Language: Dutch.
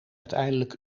uiteindelijk